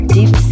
Deep